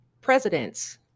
presidents